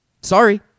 Sorry